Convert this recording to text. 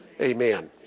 Amen